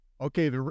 Okay